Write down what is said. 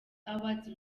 awards